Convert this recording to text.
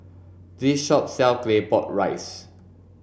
this shop sells claypot rice